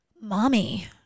Mommy